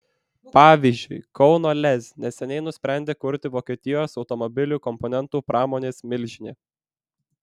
pavyzdžiui kauno lez neseniai nusprendė kurti vokietijos automobilių komponentų pramonės milžinė